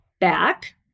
back